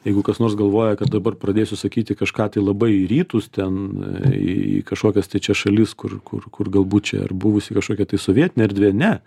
jeigu kas nors galvoja kad dabar pradėsiu sakyti kažką tai labai į rytus ten į kažkokias trečias šalis kur kur kur galbūt čia ar buvusi kažkokia tai sovietinė erdvė ne